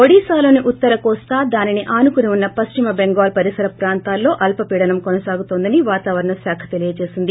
ఒడిశాలోని ఉత్తర్ కోస్తా దానిని అనుకుని ఉన్న పశ్చిమ బెంగాల్ పరిసర పాంతాల్లో అల్పపీడనం కొనసాగుతోందని వాతావరణ శాఖ తెలిపింది